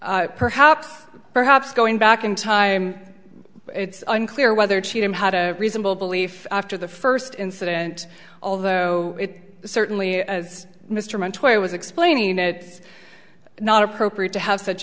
and perhaps perhaps going back in time it's unclear whether cheatham had a reasonable belief after the first incident although it certainly as mr montoya was explaining it is not appropriate to have such